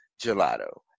gelato